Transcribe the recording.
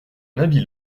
habile